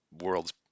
world's